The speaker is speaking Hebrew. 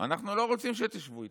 אנחנו לא רוצים שתשבו איתנו.